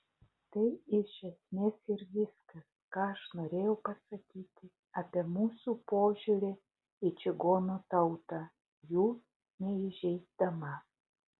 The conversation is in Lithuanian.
tai iš esmės ir viskas ką aš norėjau pasakyti apie mūsų požiūrį į čigonų tautą jų neįžeisdama